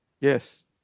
Yes